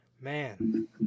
man